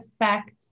affect